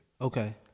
Okay